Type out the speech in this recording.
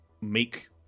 make